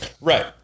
Right